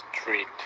street